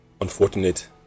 unfortunate